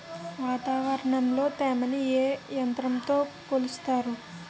వాతావరణంలో తేమని ఏ యంత్రంతో కొలుస్తారు?